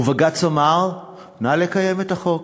ובג"ץ אמר: נא לקיים את החוק.